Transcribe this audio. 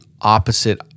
opposite